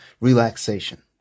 relaxation